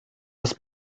las